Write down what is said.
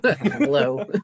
Hello